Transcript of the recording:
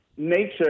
Nature